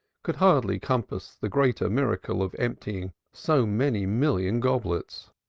could hardly compass the greater miracle of emptying so many million goblets.